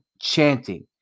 chanting